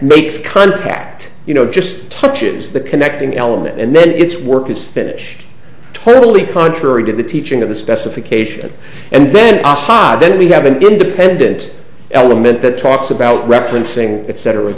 makes contact you know just touches the connecting element and then its work is finished totally contrary to the teaching of the specification and then aha then we have an independent element that talks about referencing etc et